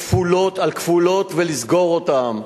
בכפולות על כפולות, ולסגור אותם.